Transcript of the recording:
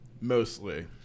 mostly